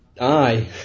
aye